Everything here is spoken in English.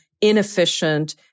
inefficient